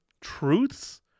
truths